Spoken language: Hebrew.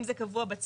אם זה קבוע בצו,